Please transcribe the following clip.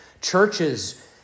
churches